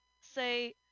say